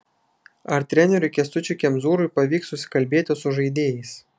ar treneriui kęstučiui kemzūrai pavyks susikalbėti su žaidėjais